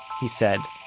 he said,